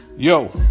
Yo